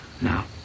now